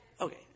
Okay